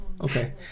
Okay